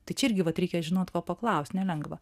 tai čia irgi vat reikia žinot ko paklaust nelengva